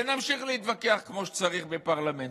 ונמשיך להתווכח כמו שצריך בפרלמנט.